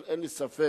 אבל אין לי ספק